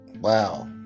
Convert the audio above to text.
Wow